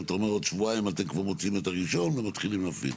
אתה אומר שעוד שבועיים אתם כבר מוציאים את הראשון ומתחילים להפעיל.